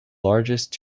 largest